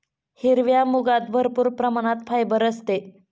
हिरव्या मुगात भरपूर प्रमाणात फायबर असते